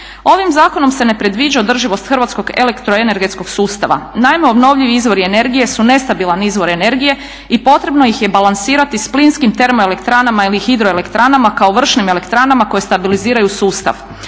Ovim zakonom se ne predviđa održivost hrvatsko elektroenergetskog sustava. Naime, obnovljivi izvori energije su nestabilan izvor energije i potrebno ih je balansirati s plinskim termoelektranama ili hidroelektranama kao vršnim elektranama koje stabiliziraju sustav.